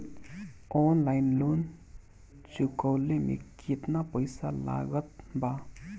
Online loan चुकवले मे केतना पईसा लागत बा?